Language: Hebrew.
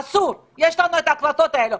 אסור, יש לנו את ההקלטות האלה.